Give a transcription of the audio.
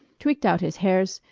tweeked out his hairs,